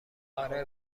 آره